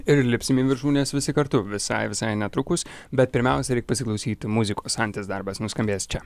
ir lipsim į viršūnes visi kartu visai visai netrukus bet pirmiausia reik pasiklausyti muzikos anties darbas nuskambės čia